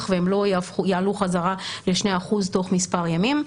והם לא יעלו חזרה ל-2% תוך מספר ימים,